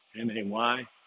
M-A-Y